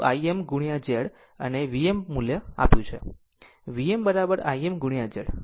આમ તમારું Im into Z અને Vm મુલ્ય આ બધી મુલ્ય છે Vm Im into z